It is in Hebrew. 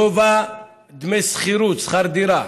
גובה דמי שכירות, שכר דירה,